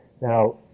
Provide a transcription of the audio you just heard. Now